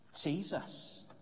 Jesus